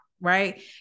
right